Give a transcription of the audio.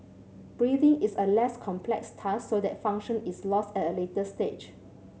breathing is a less complex task so that function is lost at a later stage